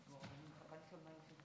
ההכרזה האוניברסלית בדבר זכויות